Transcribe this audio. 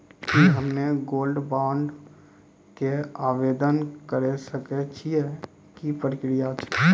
की हम्मय gold bond के आवदेन करे सकय छियै, की प्रक्रिया छै?